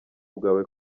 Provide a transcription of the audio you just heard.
bwawe